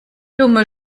dumme